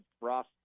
Ross